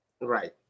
Right